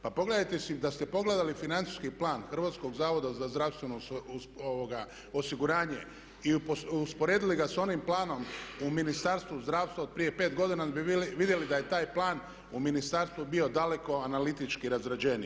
Pa pogledajte si, da ste pogledali Financijski plan Hrvatskog zavoda za zdravstveno osiguranje i usporedili ga s onim planom u Ministarstvu zdravstva od prije 5 godina vi bi vidjeli da je taj plan u ministarstvu bio daleko analitički razrađeniji.